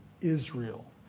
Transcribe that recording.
Israel